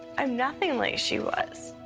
i'm nothing like she was.